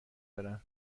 دارن